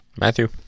Matthew